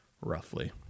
roughly